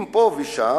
אם יש פה ושם,